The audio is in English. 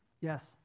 Yes